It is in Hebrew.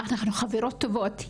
אנחנו חברות טובות,